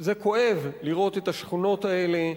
זה כואב לראות את השכונות האלה,